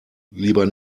lieber